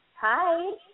Hi